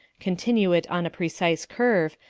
continue it on a precise curve,